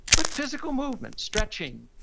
but physical movement, stretching.